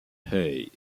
hey